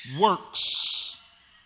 works